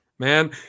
Man